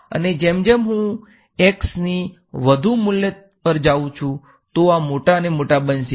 અને જેમ જેમ હુ x ની વધુ મુલ્ય પર જાઉં છું તો આ મોટા અને મોટા બનશે